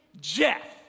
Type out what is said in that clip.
Jeff